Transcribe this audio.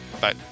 Bye